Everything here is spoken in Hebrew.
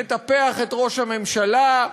מטפח את ראש הממשלה.